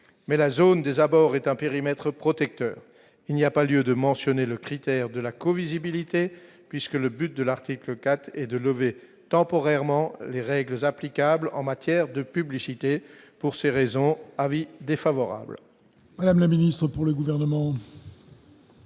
mais la zone des abords est un périmètre protecteur, il n'y a pas lieu de mentionner le critère de la co-visibilité puisque le but de l'article 4 et de lever temporairement les règles applicables en matière de publicité pour ces raisons avis défavorable.